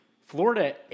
Florida